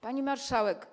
Pani Marszałek!